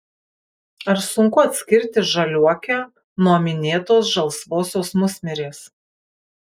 ar sunku atskirti žaliuokę nuo minėtos žalsvosios musmirės